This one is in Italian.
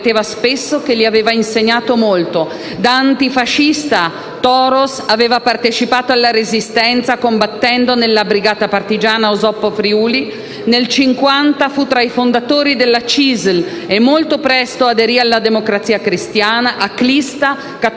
Da antifascista Toros partecipò alla Resistenza, combattendo nella Brigata partigiana Osoppo Friuli. Nel 1950 fu tra i fondatori della CISL e molto presto aderì alla Democrazia Cristiana. Aclista e cattolico